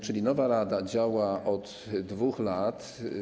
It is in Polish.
Czyli nowa rada działa od 2 lat.